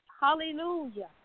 Hallelujah